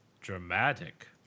Dramatic